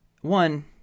one